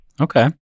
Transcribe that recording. Okay